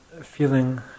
feeling